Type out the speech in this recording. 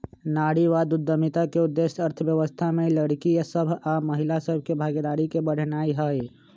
नारीवाद उद्यमिता के उद्देश्य अर्थव्यवस्था में लइरकि सभ आऽ महिला सभ के भागीदारी के बढ़ेनाइ हइ